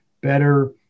better